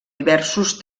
diversos